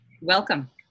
Welcome